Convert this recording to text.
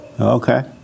Okay